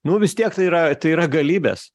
nu vis tiek tai yra tai yra galybės